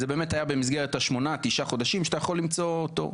זה באמת היה במסגרת השמונה-תשעה חודשים שאתה יכול למצוא תור.